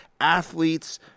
athletes